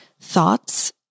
thoughts